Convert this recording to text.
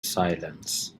silence